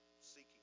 seeking